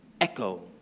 Echo